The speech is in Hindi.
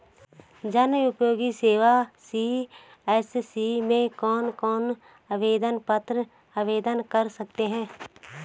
जनउपयोगी सेवा सी.एस.सी में कौन कौनसे आवेदन पत्र आवेदन कर सकते हैं?